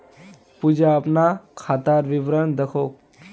पूजा अपना खातार विवरण दखोह